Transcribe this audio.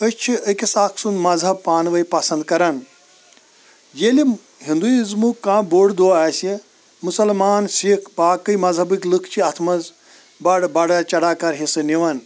أسۍ چھِ أکِس اکھ سُنٛد مذہَب پانہٕ ؤنۍ پسنٛد کَران ییٚلہِ ہندویزمُک کانٛہہ بوڑ دوہ آسہِ مُسلمان سِکھ باقٕے مذہَبٔکۍ لُکھ چھِ اَتھ منٛز بَڑٕ بڑا چڑا کَر حصہٕ نِوان